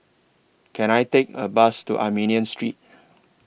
Can I Take A Bus to Armenian Street